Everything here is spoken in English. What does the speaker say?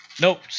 Nope